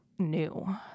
new